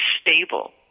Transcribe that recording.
stable